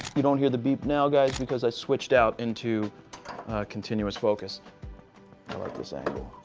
you don't hear the beep now guys, because i switched out into continuous focus. i like this angle.